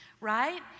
right